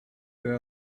there